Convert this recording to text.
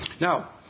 Now